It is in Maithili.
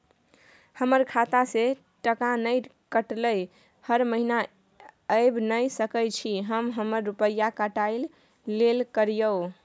हमर खाता से टका नय कटलै हर महीना ऐब नय सकै छी हम हमर रुपिया काइट लेल करियौ?